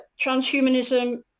transhumanism